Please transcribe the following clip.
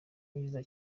yinjiza